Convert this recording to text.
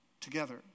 together